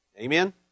amen